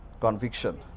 conviction